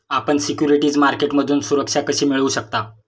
आपण सिक्युरिटीज मार्केटमधून सुरक्षा कशी मिळवू शकता?